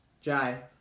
Jai